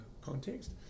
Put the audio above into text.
context